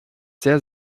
sehr